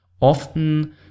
often